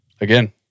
again